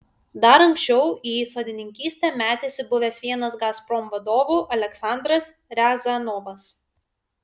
dar anksčiau į sodininkystę metėsi buvęs vienas gazprom vadovų aleksandras riazanovas